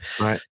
right